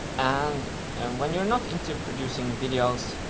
and and when you're not into producing videos,